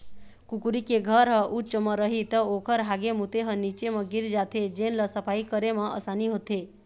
कुकरी के घर ह उच्च म रही त ओखर हागे मूते ह नीचे म गिर जाथे जेन ल सफई करे म असानी होथे